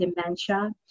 dementia